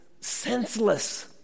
senseless